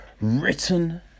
written